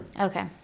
Okay